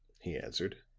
he answered.